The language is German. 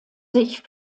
sich